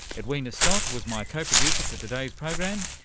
edwina stott was my co-producer for today's program.